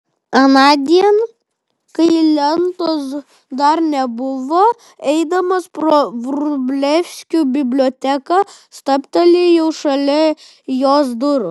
anądien kai lentos dar nebuvo eidamas pro vrublevskių biblioteką stabtelėjau šalia jos durų